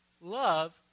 Love